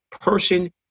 person